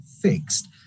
fixed